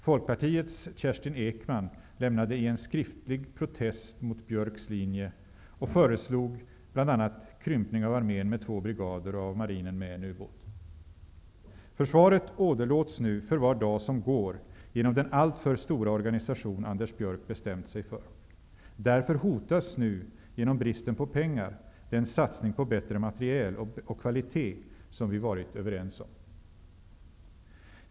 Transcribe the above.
Folkpartiets Kerstin Ekman lämnade in en skriftlig protest mot Björcks linje och föreslog bl.a. Försvaret åderlåts nu för var dag som går genom den alltför stora organisation Anders Björck bestämt sig för. Därför hotas nu genom bristen på pengar den satsning på bättre materiel och kvalitet som vi varit överens om.